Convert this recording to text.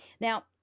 Now